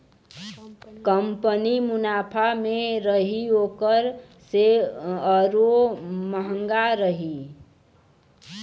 company मुनाफा मे रही ओकर सेअरो म्हंगा रही